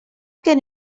can